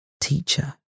teacher